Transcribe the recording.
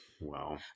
Wow